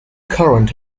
current